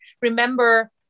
remember